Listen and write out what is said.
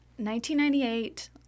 1998